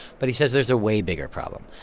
but he says there's a way bigger problem.